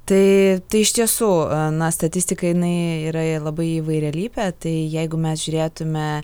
tai iš tiesų a na statistikai jinai yra labai įvairialypė tai jeigu mes žiūrėtumėme